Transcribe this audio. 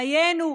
דיינו,